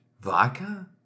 Vodka